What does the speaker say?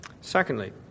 Secondly